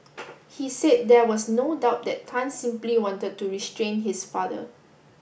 he said there was no doubt that Tan simply wanted to restrain his father